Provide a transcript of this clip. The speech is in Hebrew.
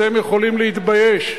אתם יכולים להתבייש,